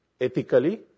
ethically